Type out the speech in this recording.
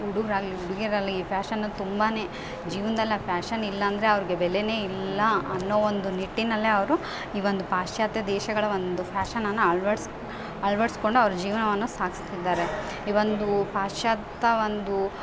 ಹುಡುಗ್ರ್ ಆಗಲಿ ಹುಡುಗಿರಲ್ ಈ ಫ್ಯಾಷನ್ ತುಂಬಾ ಜೀವನದಲ್ ಆ ಫ್ಯಾಷನ್ ಇಲ್ಲಂದರೆ ಅವ್ರಿಗೆ ಬೆಲೆನೆಯಿಲ್ಲ ಅನ್ನೊ ಒಂದು ನಿಟ್ಟಿನಲ್ಲೆ ಅವರು ಈ ಒಂದು ಪಾಶ್ಚಾತ್ಯ ದೇಶಗಳ ಒಂದು ಫ್ಯಾಷನನ್ನು ಅಳ್ವಡ್ಸಿ ಅಳ್ವಡಿಸ್ಕೊಂಡ್ ಅವ್ರ ಜೀವನವನ್ನ ಸಾಗಿಸ್ತಿದ್ದಾರೆ ಇವೊಂದು ಪಾಶ್ಚಾತ್ತ ಒಂದು